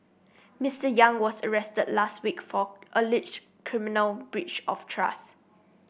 Mister Yang was arrested last week for alleged criminal breach of trust